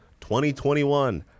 2021